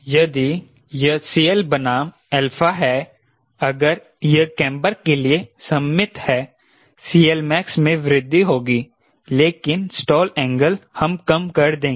यदि यह CL बनाम α है अगर यह केंबर के लिए सममित है CLmax मैं वृद्धि होगी लेकिन स्टॉल एंगल हम कम कर देंगे